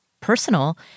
personal